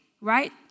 right